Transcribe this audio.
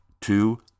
Two